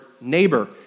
neighbor